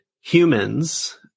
humans